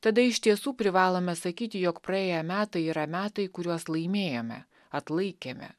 tada iš tiesų privalome sakyti jog praėję metai yra metai kuriuos laimėjome atlaikėme